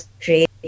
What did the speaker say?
create